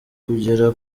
kugera